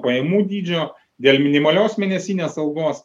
pajamų dydžio dėl minimalios mėnesinės algos